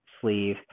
sleeve